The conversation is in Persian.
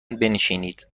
بنشینید